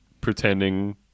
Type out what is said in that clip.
pretending